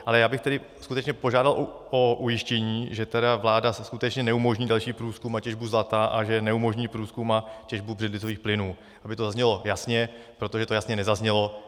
Ale já bych tedy skutečně požádal o ujištění, že vláda skutečně neumožní další průzkum a těžbu zlata a že neumožní průzkum a těžbu břidlicových plynů, aby to zaznělo jasně, protože to jasně nezaznělo.